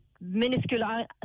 minuscule